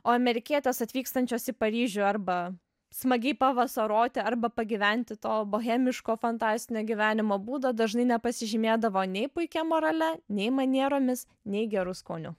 o amerikietės atvykstančios į paryžių arba smagiai pavasaroti arba pagyventi to bohemiško fantastinio gyvenimo būdo dažnai nepasižymėdavo nei puikia morale nei manieromis nei geru skoniu